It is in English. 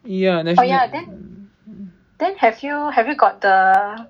oh ya then then have you have you got the